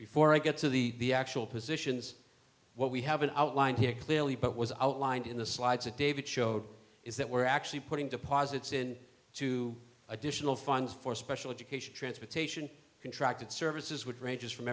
before i get to the actual positions what we haven't outlined here clearly but was outlined in the slides that david showed is that we're actually putting deposits in to additional funds for special education transportation contract services which ranges from